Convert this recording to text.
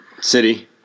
City